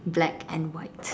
black and white